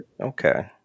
Okay